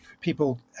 people